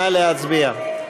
נא להצביע.